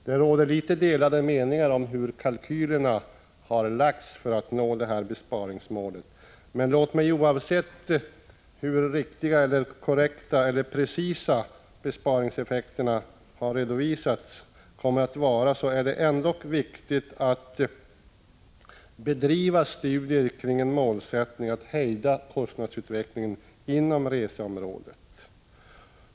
Det råder något delade meningar om hur kalkylerna för att uppnå besparingsmålet har utformats. Men låt mig framhålla att det, oavsett hur korrekt eller exakt besparingseffekterna har redovisats, ändock är viktigt att bedriva studier kring målsättningen att hejda kostnadsutvecklingen inom reseområdet.